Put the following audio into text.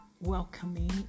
welcoming